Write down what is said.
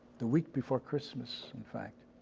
the week before christmas, in fact.